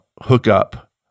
hookup